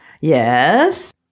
Yes